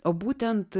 o būtent